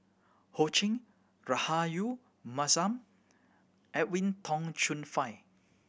Ho Ching Rahayu Mahzam and Edwin Tong Chun Fai